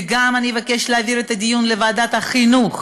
וגם אני אבקש להעביר את הדיון לוועדת החינוך,